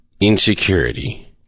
Insecurity